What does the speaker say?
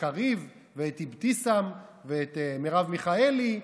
קריב ואבתיסאם ומרב מיכאלי.